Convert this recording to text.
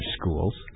schools